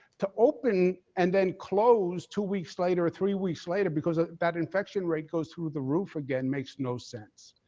to open and then close two weeks later or three weeks later because that infection rate goes through the roof again makes no sense.